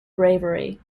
bravery